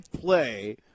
play